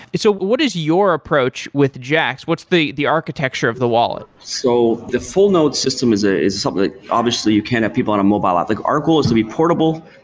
so what is your approach with jaxx? what's the the architecture of the wallet? so the full node system is ah is something that obviously you can't let people on a mobile app. like our goal is to be portable,